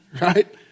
Right